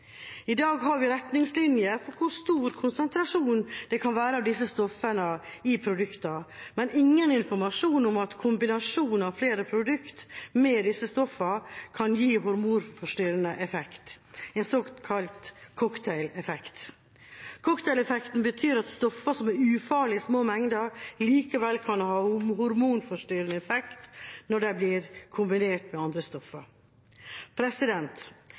I dag har vi retningslinjer for hvor stor konsentrasjon av disse stoffene det kan være i produktene, men ingen informasjon om at kombinasjonen av flere produkter med disse stoffene kan gi en hormonforstyrrende effekt, en såkalt cocktaileffekt. Cocktaileffekten betyr at stoffer som er ufarlige i små mengder, likevel kan ha en hormonforstyrrende effekt når de blir kombinert med andre stoffer.